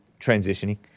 transitioning